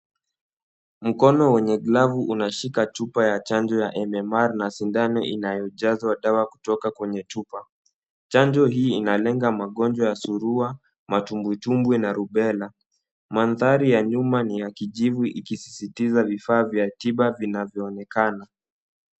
Mkono wenye glavu unashika chupa ya chanjo ya MMR na sindano inayojazwa dawa kutoka kwenye chupa. Chanjo hii inalenga magonjwa ya surua, matumbuitumbui, na rubella. Mandhari ya nyuma ni ya kijivu ikisisitiza vifaa vya tiba vinavyoonekana.